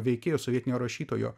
veikėjo sovietinio rašytojo